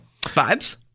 Vibes